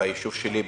ביישוב שלי,